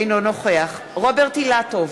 אינו נוכח רוברט אילטוב,